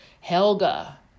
Helga